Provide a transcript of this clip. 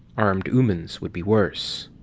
armed oomans would be worse.